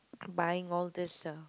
buying all these uh